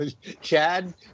Chad